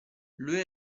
lui